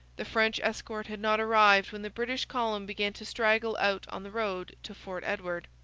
the french escort had not arrived when the british column began to straggle out on the road to fort edward.